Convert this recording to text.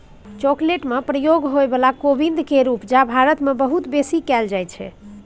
chocolate में प्रयोग होइ बला कोविंद केर उपजा भारत मे बहुत बेसी कएल जाइ छै